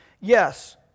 Yes